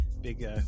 big